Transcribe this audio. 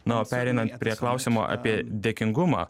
na o pereinant prie klausimo apie dėkingumą